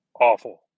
awful